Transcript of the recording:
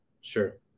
Sure